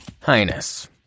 Highness